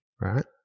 right